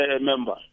member